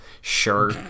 sure